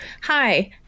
Hi